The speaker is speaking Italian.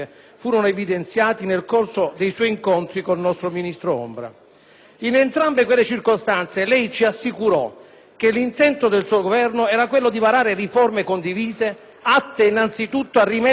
In entrambe quelle circostanze lei ci assicurò che l'intento del suo Governo era quello di varare riforme condivise, atte anzitutto a rimettere in sesto le sorti di una giustizia, più che malata, oramai moribonda.